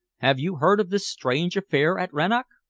have you heard of this strange affair at rannoch?